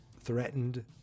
Threatened